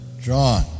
John